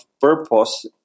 purpose